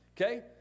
Okay